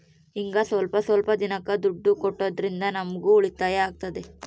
ಹಿಂಗ ಸ್ವಲ್ಪ ಸ್ವಲ್ಪ ದಿನಕ್ಕ ದುಡ್ಡು ಕಟ್ಟೋದ್ರಿಂದ ನಮ್ಗೂ ಉಳಿತಾಯ ಆಗ್ತದೆ